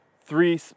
three